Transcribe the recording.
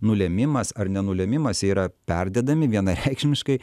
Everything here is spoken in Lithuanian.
nulėmimas ar nenulėmimas jie yra perdedami vienareikšmiškai